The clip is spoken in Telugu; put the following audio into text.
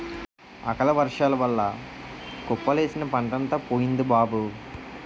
అకాలవర్సాల వల్ల కుప్పలేసిన పంటంతా పోయింది బాబూ